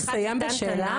הציבוריות.